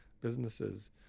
businesses